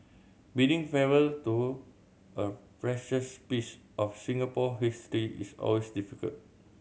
bidding farewell to a precious piece of Singapore history is always difficult